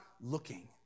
looking